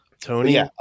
Tony